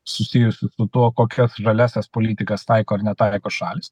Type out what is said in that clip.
susijusius su tuo kokias galias tas politikas taiko ar netaiko šalys